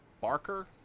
Barker